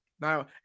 Now